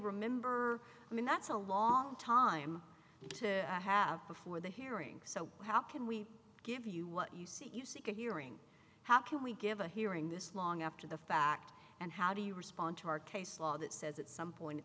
remember i mean that's a long time to have before the hearing so how can we give you what you see you sick of hearing how can we give a hearing this long after the fact and how do you respond to our case law that says at some point